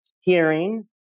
hearing